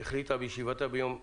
החליטה בישיבתה מיום ט'